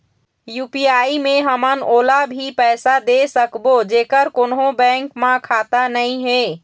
UPI मे हमन ओला भी पैसा दे सकबो जेकर कोन्हो बैंक म खाता नई हे?